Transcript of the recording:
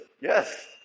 Yes